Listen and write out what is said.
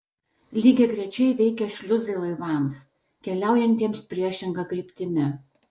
lygiagrečiai veikia šliuzai laivams keliaujantiems priešinga kryptimi